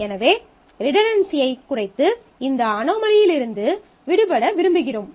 எனவே ரிடன்டன்சியைக் குறைத்து இந்த அனோமலியிலிருந்து விடுபட விரும்புகிறோம்